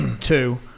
Two